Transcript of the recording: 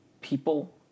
people